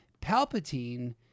Palpatine